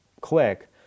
click